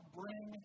bring